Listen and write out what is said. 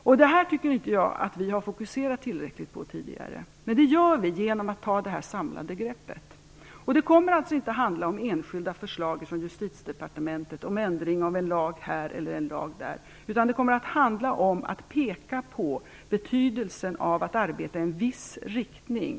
Jag tycker inte att vi tidigare har fokuserat tillräckligt på detta, men det gör vi genom att ta detta samlande grepp. Det kommer inte att handla om enskilda förslag från Justitiedepartementet om ändring av en lag här eller där utan om att peka på betydelsen av att arbeta i en viss riktning.